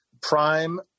prime